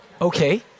Okay